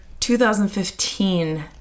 2015